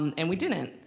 and we didn't,